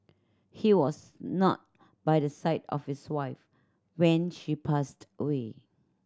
he was not by the side of his wife when she passed away